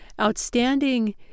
Outstanding